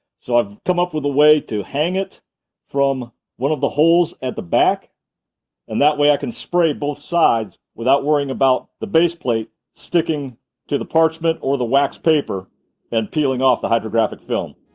so, i've come up with a way to hang it from one of the holes at the back and that way i can spray both sides without worrying about the base plate sticking to the parchment or the wax paper and peeling off the hydrographic film.